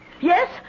Yes